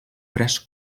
tres